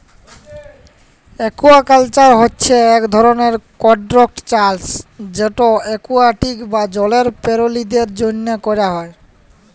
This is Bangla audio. একুয়াকাল্চার হছে ইক ধরলের কল্ট্রোল্ড চাষ যেট একুয়াটিক বা জলের পেরালিদের জ্যনহে ক্যরা হ্যয়